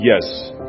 yes